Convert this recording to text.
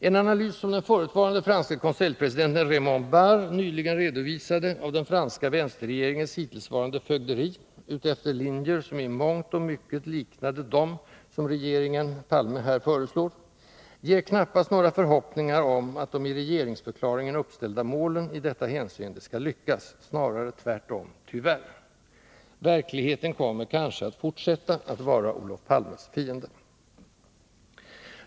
En analys som den förutvarande franske konseljpresidenten Raymond Barre nyligen redovisade av den franska vänsterregeringens hittillsvarande fögderi utefter linjer, som i mångt och mycket liknar dem regeringen Palme här föreslår, ger knappast några förhoppningar om att de i regeringsförklaringen uppställda målen i detta hänseende skall infrias, snarare tvärtom — tyvärr. Verkligheten kommer kanske att fortsätta att vara Olof Palmes fiende.